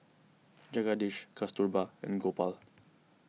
Jagadish Kasturba and Gopal